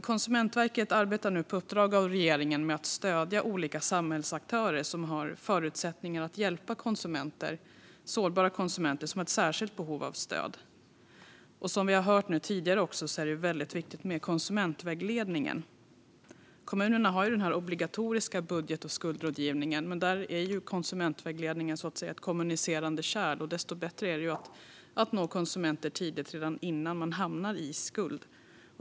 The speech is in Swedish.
Konsumentverket arbetar nu på uppdrag av regeringen med att stödja olika samhällsaktörer som har förutsättningar att hjälpa sårbara konsumenter som har särskilt behov av stöd. Som vi har hört här tidigare är det väldigt viktigt med konsumentvägledning. Kommunerna har en obligatorisk budget och skuldrådgivning, och där är konsumentvägledningen så att säga ett kommunicerande kärl. Det är bättre att nå konsumenter tidigt, redan innan de hamnar i skuld.